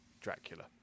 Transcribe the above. Dracula